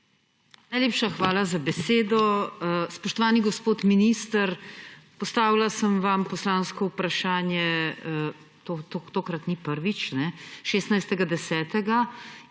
Najlepša hvala za besedo. Spoštovani gospod minister! Postavila sem vam poslansko vprašanje, tokrat ni prvič, 16. 10.,